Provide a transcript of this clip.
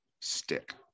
stick